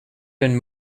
been